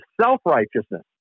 self-righteousness